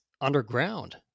underground